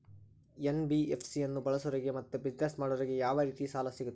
NBFC ಅನ್ನು ಬಳಸೋರಿಗೆ ಮತ್ತೆ ಬಿಸಿನೆಸ್ ಮಾಡೋರಿಗೆ ಯಾವ ರೇತಿ ಸಾಲ ಸಿಗುತ್ತೆ?